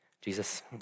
Jesus